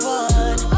one